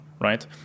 right